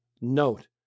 note